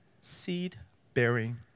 seed-bearing